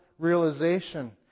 realization